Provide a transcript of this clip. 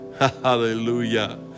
Hallelujah